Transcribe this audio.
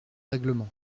règlement